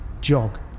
Jog